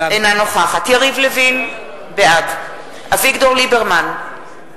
אינה נוכחת יריב לוין, בעד אביגדור ליברמן,